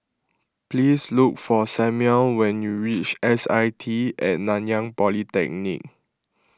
please look for Samual when you reach S I T at Nanyang Polytechnic